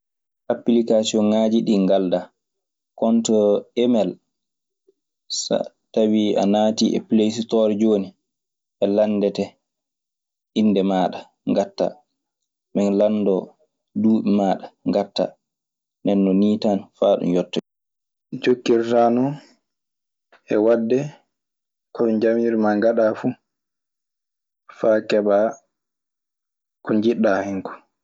Appilikasioŋaaji ɗii ngalɗaa. Conto emel. So tawii a naati e playstore jooni a landete innde maaɗa ngattaa, ɓe lanndoo duuɓi maaɗa ngattaa. Ndenno nii tan faa ɗun yettoo. Jokkirtaa non e waɗde ko ɓe njamirmaa ngaɗaa fu faa keɓaa ko njiɗɗaa hen koo.